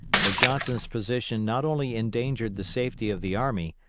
where johnson's position not only endangered the safety of the army,